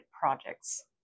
projects